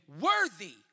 worthy